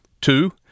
Two